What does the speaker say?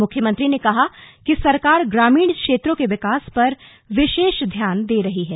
मुख्यमंत्री ने कहा कि सरकार ग्रामीण क्षेत्रों के विकास पर विशेष ध्यान दे रही है